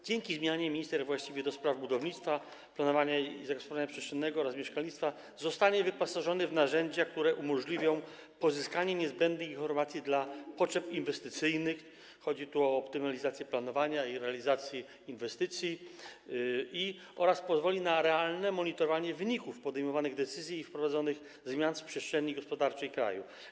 Dzięki zmianie minister właściwy do spraw budownictwa, planowania i zagospodarowania przestrzennego oraz mieszkalnictwa zostanie wyposażony w narzędzia, które umożliwią pozyskanie niezbędnych informacji na potrzeby inwestycyjne, chodzi tu o optymalizację planowania i realizacji inwestycji, pozwoli to też na realne monitorowanie wyników podejmowanych decyzji i wprowadzonych zmian w przestrzeni gospodarczej kraju.